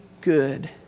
good